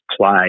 play